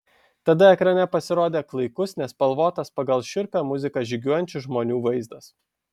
tada ekrane pasirodė klaikus nespalvotas pagal šiurpią muziką žygiuojančių žmonių vaizdas